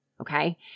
okay